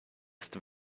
ist